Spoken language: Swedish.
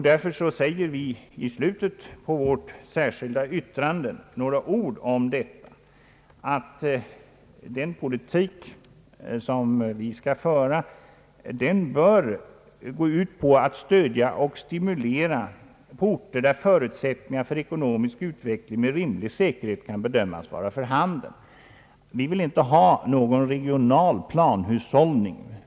Därför säger vi några ord i slutet av vårt särskilda yttrande om att den politik som skall föras bör gå ut på att stödja och stimulera orter där förutsättningar för ekonomisk utveckling med rimlig säkerhet kan bedömas vara för handen. Vi vill inte ha någon regional planhushållning.